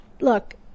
look